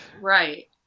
right